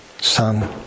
Son